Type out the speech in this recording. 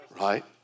right